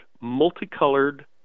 multicolored